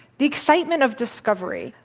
the excitement of discovery,